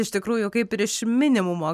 iš tikrųjų kaip ir iš minimumo